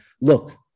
Look